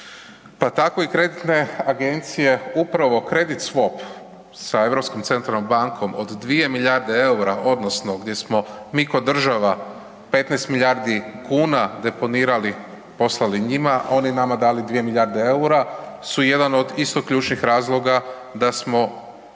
Pa tako i kreditne agencije upravo kredit swap sa Europskom centralnom bankom od 2 milijarde eura odnosno gdje smo mi ko država 15 milijardi kuna deponirali, poslali njima, oni nama dali 2 milijarde eura su jedan od isto ključnih razloga da smo